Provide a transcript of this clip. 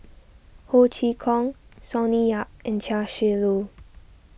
Ho Chee Kong Sonny Yap and Chia Shi Lu